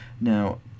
now